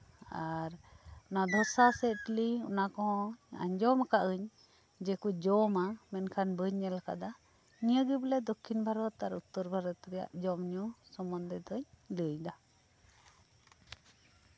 ᱟᱨ ᱱᱚᱣᱟ ᱫᱷᱚᱥᱟ ᱥᱮ ᱤᱰᱞᱤ ᱟᱸᱡᱚᱢ ᱠᱟᱫᱟᱧ ᱡᱮᱠᱚ ᱡᱚᱢᱟ ᱢᱮᱱᱠᱷᱟᱱ ᱵᱟᱹᱧ ᱧᱮᱞ ᱠᱟᱫᱟ ᱱᱤᱭᱟᱹᱜᱮ ᱵᱚᱞᱮ ᱫᱚᱠᱠᱷᱤᱱ ᱵᱷᱟᱨᱚᱛ ᱩᱛᱛᱚᱨ ᱵᱷᱟᱨᱚᱛ ᱟᱨ ᱫᱚᱠᱠᱷᱤᱱ ᱵᱷᱟᱨᱚᱛ ᱨᱮᱭᱟᱜ ᱡᱚᱢ ᱧᱩ ᱥᱚᱢᱚᱱᱫᱷᱮ ᱫᱚᱧ ᱞᱟᱹᱭ ᱫᱟ